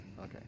Okay